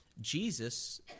jesus